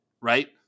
right